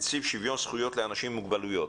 נציג שוויון זכויות לאנשים עם מוגבלויות.